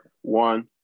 one